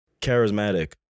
charismatic